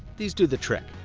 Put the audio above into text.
these do the trick.